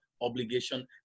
obligation